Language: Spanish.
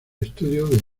estudio